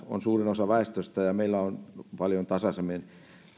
on suurin osa väestöstä tukholmasta etelään ja meillä paljon tasaisemmin